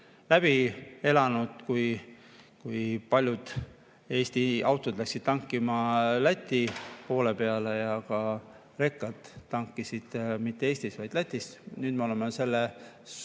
läbi elanud, kui paljud Eesti autod läksid tankima Läti poole peale ja ka rekad tankisid mitte Eestis, vaid Lätis. Nüüd me oleme selle